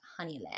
Honeyland